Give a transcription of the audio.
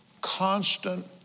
constant